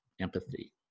empathy